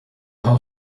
how